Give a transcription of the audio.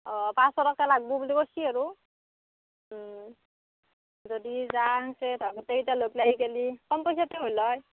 অ' পাঁচশ টকা লাগিব বুলি কৈছে আৰু যদি যাওঁ তে গোটেই কেইটা লগ লাগি গ'লে কম পইচাতে হ'ল হয়